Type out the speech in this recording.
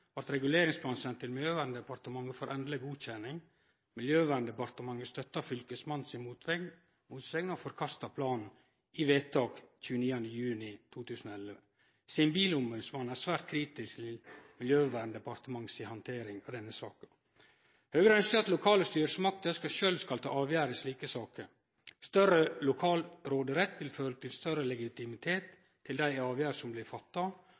blei reguleringsplanen send til Miljøverndepartementet for endeleg godkjenning. Miljøverndepartementet støtta Fylkesmannen si motsegn og forkasta planen i vedtak 29. juni 2011. Sivilombodsmannen er svært kritisk til Miljøverndepartementet si handtering av denne saka. Høgre ønskjer at lokale styresmakter sjølve skal ta avgjerd i slike saker. Større lokal råderett vil føre til større legitimitet til dei avgjerdene som blir